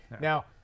Now